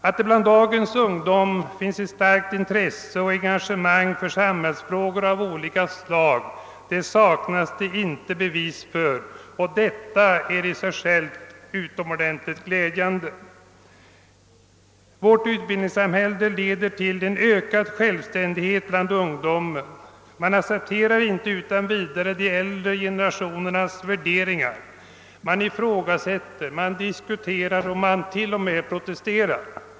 Att det bland dagens ungdom finns ett starkt intresse för och engagemang i samhällsfrågor av olika slag saknas det inte bevis för. Detta är utomordentligt glädjande. Utbildningssamhällets framväxt leder till en ökad självständighet hos ungdomen. Man accepterar inte utan vidare de äldre generationernas värderingar. Man ifrågasätter, man diskuterar och man till och med protesterar.